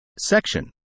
Section